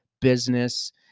business